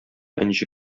энҗе